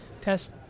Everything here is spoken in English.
test